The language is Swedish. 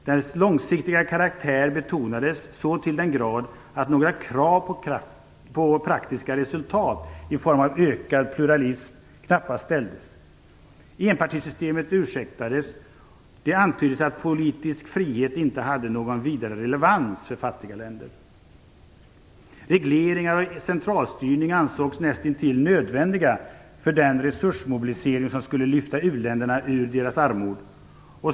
Dess långsiktiga karaktär betonades så till den grad att några krav på praktiska resultat i form av ökad pluralism knappast ställdes. Enpartisystemet ursäktades. Det antyddes att politisk frihet inte hade någon vidare relevans för fattiga länder. Regleringar och centralstyrning ansågs näst intill nödvändiga för den resursmobilisering som skulle lyfta u-länderna ur deras armod.